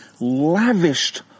lavished